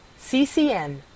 CCN